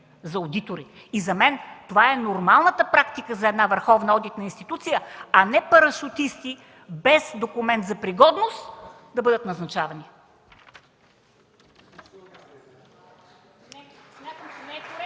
за одитори. За мен това е нормалната практика за една върховна одитна институция, а не парашутисти без документ за пригодност да бъдат назначавани.